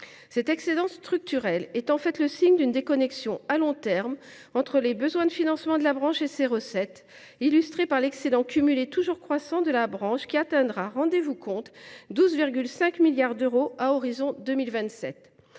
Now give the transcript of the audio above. Cet excédent structurel est en fait le signe d’une déconnexion à long terme entre les besoins de financement de la branche et ses recettes, illustrée par l’excédent cumulé toujours croissant de la branche, qui atteindra – rendez vous compte !– 12,5 milliards d’euros à l’horizon 2027.